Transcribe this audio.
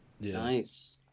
nice